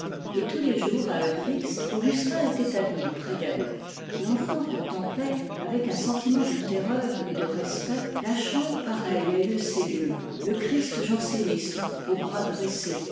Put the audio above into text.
et tous les jours à heure fixe augustin était admis près d'elle l'enfant contemplait avec un sentiment de terreur et de respect la chambre pareille à une cellule le christ janséniste aux bras